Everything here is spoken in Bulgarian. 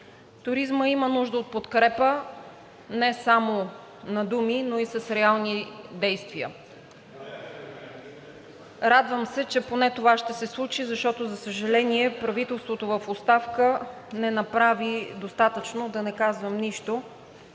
Туризмът има нужда от подкрепа не само на думи, но и с реални действия. Радвам се, че поне това ще се случи, защото, за съжаление, правителството в оставка не направи достатъчно, да не казвам нищо,